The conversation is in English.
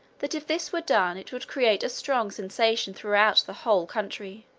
that if this were done it would create a strong sensation throughout the whole country,